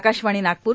Akashvani Nagpur